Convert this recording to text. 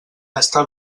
està